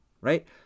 right